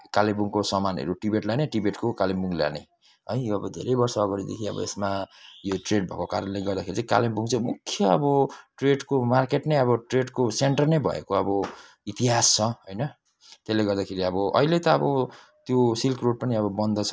कालेबुङको समानहरू टिबेट लाने टिबेटको कालेबुङ लाने है यो अब धेरै वर्ष अगाडिदेखि अब यसमा यो ट्रेड भएकोले गर्दाखेरि चाहिँ कालेबुङ सिल्क रूट मुख्य अब ट्रेडको मार्केट नै अबट्रेडको सेन्टर नै भएको अब इतिहास छ होइन यसले गर्दाखेरि अब अहिले त अब सिल्क रूट पनि बन्द छ